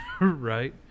Right